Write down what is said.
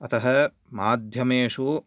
अतः माध्यमेषु